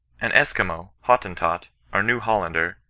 an esquimaux, hottentot, or new hollander,